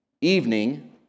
evening